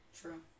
True